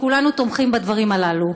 וכולנו תומכים בדברים הללו.